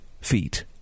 feet